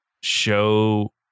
show